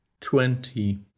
twenty